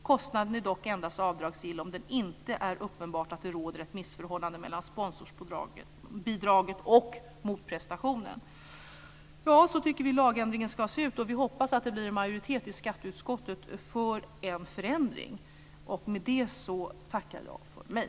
Kostnaden är dock endast avdragsgill om det inte är uppenbart att det råder ett missförhållande mellan sponsorsbidraget och motprestationen. Så tycker vi att lagändringen ska se ut. Vi hoppas att det blir en majoritet i skatteutskottet för en förändring. Med det tackar jag för mig.